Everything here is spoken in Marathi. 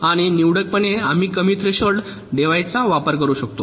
आणि निवडकपणे आम्ही कमी थ्रेशोल्ड डिव्हायसेस चा वापरू करू शकतो